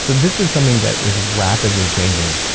so this is something that is rapidly changing.